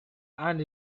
and